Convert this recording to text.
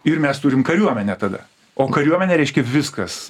ir mes turim kariuomenę tada o kariuomenė reiškia viskas